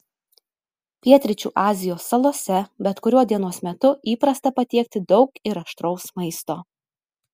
pietryčių azijos salose bet kuriuo dienos metu įprasta patiekti daug ir aštraus maisto